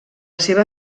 seva